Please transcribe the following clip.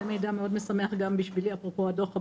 זה מידע מאוד משמח גם בשבילי, אפרופו הדוח הבא,